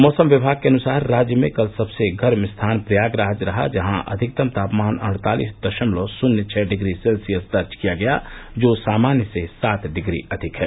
मौसम विभाग के अनुसार राज्य में कल सबसे गर्म स्थान प्रयागराज रहा जहां अधिकतम तापमान अड़तालिस दशमलव शून्य छह डिग्री सेल्सियस दर्ज किया गया जो सामान्य से सात डिग्री अधिक है